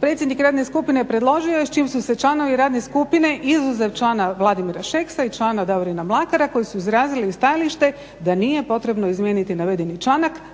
predsjednik radne skupine je predložio, s čim su se članovi radne skupine, izuzev člana Vladimira Šeksa i člana Davorina Mlakara, koji su izrazili i stajalište da nije potrebno izmijeniti navedeni članak,